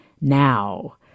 now